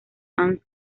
fans